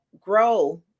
grow